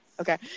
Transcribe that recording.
Okay